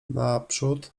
naprzód